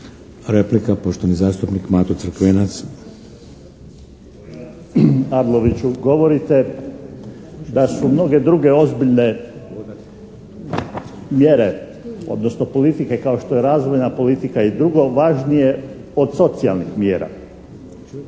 Replika, poštovani zastupnik Mato Crkvenac. **Crkvenac, Mato (SDP)** Arloviću, govorite da su mnoge druge ozbiljne mjere, odnosno politike, kao što je Razvojna politika i drugo, važnije od socijalnih mjera. Točno